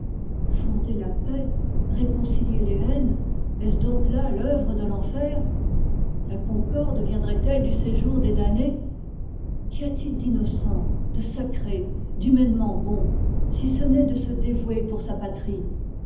fonder la paix rëconcilier les haines est-ce donc là t'œuvre de l'enfer la concorde viendrait ette du séjour des damnés qu'y a-t-il d'innocent de sacré d'humainement bon si ce n'est de se dévouer pour sa patrie